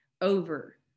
over